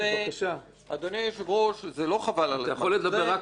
אדוני היושב-ראש, זה לא חבל על הזמן.